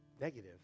negative